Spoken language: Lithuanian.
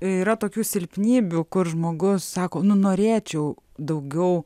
yra tokių silpnybių kur žmogus sako nu norėčiau daugiau